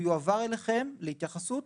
הוא יועבר אליכם להתייחסות,